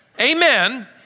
Amen